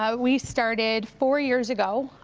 ah we started four years ago.